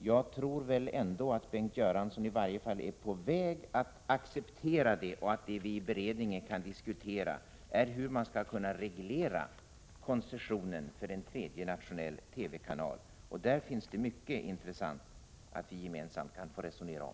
Jag tror dock att Bengt Göransson i varje fall är på väg att acceptera en tredje kanal och att det vi i beredningen kan diskutera är hur man skall kunna reglera koncessionen för en tredje nationell TV-kanal. Där finns mycket intressant att gemensamt resonera om.